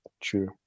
True